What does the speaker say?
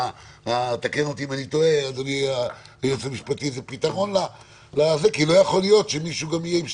בהסכמתו בכתב של יושב ראש